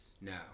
No